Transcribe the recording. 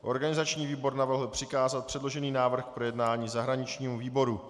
Organizační výbor navrhl přikázat předložený návrh k projednání zahraničnímu výboru.